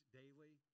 daily